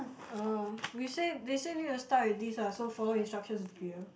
oh we say they say need to start with ah so follow instructions dear